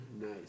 Nice